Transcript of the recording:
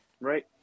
right